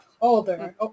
older